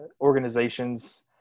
Organizations